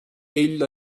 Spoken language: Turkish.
eylül